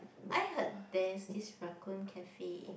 I heard there's this raccoon cafe